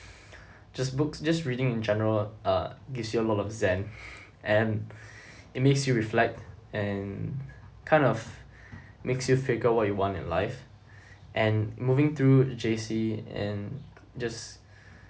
just books just reading in general uh gives you a lot of zen and it makes you reflect and kind of makes you figure what you want in life and moving through J_C and just